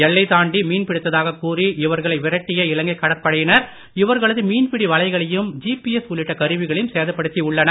எல்லை தாண்டி மீன் பிடித்ததாகக் கூறி இவர்களை விரட்டிய இலங்கை கடற்படையினர் இவர்களது மீன்பிடி வலைகளையும் ஜிபிஎஸ் உள்ளிட்ட கருவிகளையும் சேதப்படுத்தி உள்ளனர்